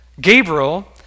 Gabriel